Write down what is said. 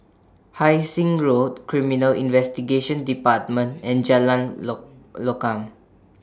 Hai Sing Road Criminal Investigation department and Jalan Lokam